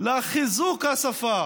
לחיזוק השפה